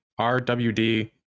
RWD